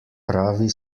pravi